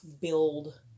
build